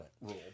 rule